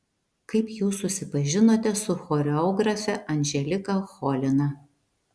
kaip jūs susipažinote su choreografe anželika cholina